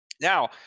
now